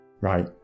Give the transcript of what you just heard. right